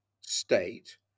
state